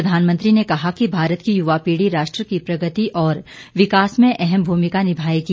प्रधानमंत्री ने कहा कि भारत की यूवा पीढ़ी राष्ट्र की प्रगति और विकास में अहम भूमिका निभाएगी